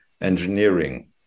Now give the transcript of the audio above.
engineering